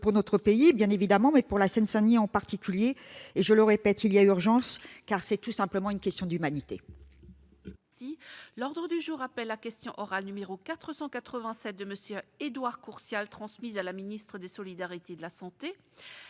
pour notre pays, bien évidemment, mais aussi pour la Seine-Saint-Denis en particulier. Je le répète, il y a urgence, car c'est tout simplement une question d'humanité.